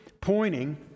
pointing